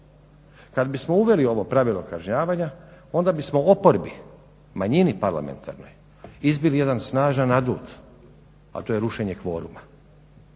Kad bismo uveli ovo pravilo kažnjavanja onda bismo oporbi, manjini parlamentarnoj izbili jedan snažan adut, a to je rušenje kvoruma.